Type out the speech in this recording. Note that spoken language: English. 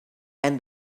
and